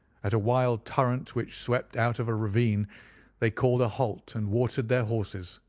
at a wild torrent which swept out of a ravine they called a halt and watered their horses,